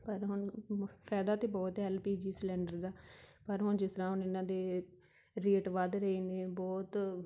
ਪਰ ਹੁਣ ਫਾਇਦਾ ਤਾਂ ਬਹੁਤ ਹੈ ਐਲ ਪੀ ਜੀ ਸਲੰਡਰ ਦਾ ਪਰ ਹੁਣ ਜਿਸ ਤਰ੍ਹਾਂ ਹੁਣ ਇਹਨਾਂ ਦੇ ਰੇਟ ਵੱਧ ਰਹੇ ਨੇ ਬਹੁਤ